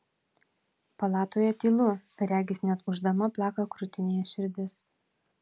palatoje tylu regis net ūždama plaka krūtinėje širdis